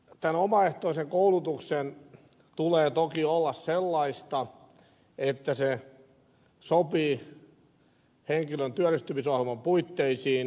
tämän omaehtoisen koulutuksen tulee toki olla sellaista että se sopii henkilön työllistymisohjelman puitteisiin